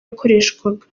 yakoreshwaga